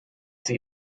sie